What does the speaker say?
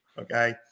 okay